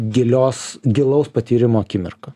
gilios gilaus patyrimo akimirka